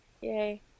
Yay